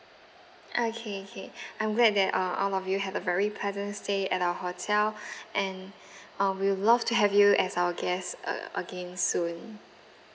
okay okay I'm glad that uh all of you have a very pleasant stay at our hotel and um we'll love to have you as our guest uh again soon